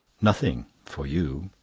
nothing for you.